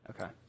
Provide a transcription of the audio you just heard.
Okay